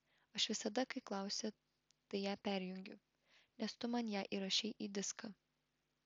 aš visada kai klausau tai ją perjungiu nes tu man ją įrašei į diską